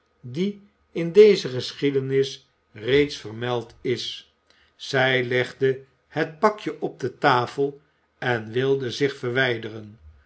die in deze geschiedenis reeds vermeld is zij legde het pakje op de tafel en wilde zich verwijderen